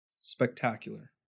Spectacular